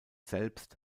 selbst